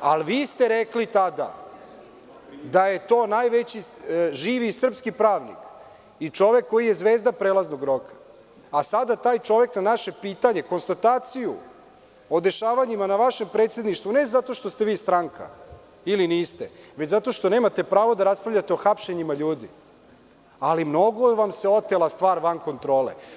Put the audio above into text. ali vi ste rekli tada da je to najveći živi srpski pravnik i čovek koji je zvezda prelaznog roka, a sada taj čovek na naše pitanje, konstataciju o dešavanjima na vašem predsedništvu, ne zato što ste vi stranka ili niste, već zato što nemate pravo da raspravljate o hapšenjima ljudi, ali mnogo vam se otela stvar van kontrole.